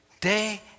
Day